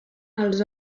els